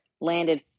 landed